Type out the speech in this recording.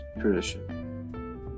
tradition